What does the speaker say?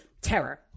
terror